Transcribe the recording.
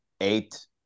eight